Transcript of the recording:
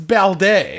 Balde